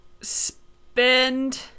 spend